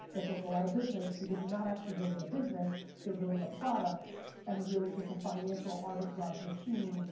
that they'll go out of business because they're not actually building a business, they're building a product and really just a financial arbitrage machine.